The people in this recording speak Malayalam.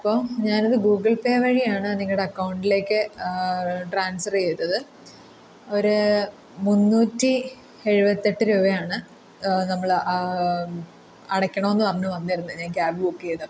അപ്പോൾ ഞാനത് ഗൂഗിൾ പേ വഴിയാണ് നിങ്ങളുടെ അക്കൗണ്ടിലേക്ക് ട്രാൻസ്ഫറ് ചെയ്തത് ഒര് മുന്നൂറ്റി എഴുപത്തെട്ട് രൂപയാണ് നമ്മൾ അടക്കണം എന്ന് പറഞ്ഞ് വന്നിരുന്നത് ഞാൻ ക്യാബ് ബുക്ക് ചെയ്തപ്പോൾ